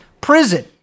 Prison